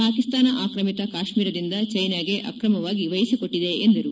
ಪಾಕಿಸ್ನಾನ ಆಕ್ಷಮಿತ ಕಾಶ್ರೀರದಿಂದ ಚ್ಲೆನಾಗೆ ಅಕ್ರಮವಾಗಿ ವಹಿಸಿಕೊಟ್ಟಿದೆ ಎಂದರು